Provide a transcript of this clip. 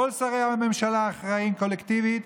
כל שרי הממשלה אחראים קולקטיבית,